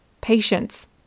patience